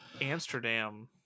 Amsterdam